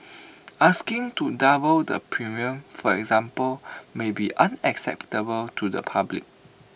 asking to double the premium for example may be unacceptable to the public